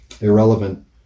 irrelevant